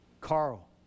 Carl